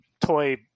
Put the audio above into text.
toy